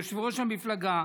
יושב-ראש המפלגה,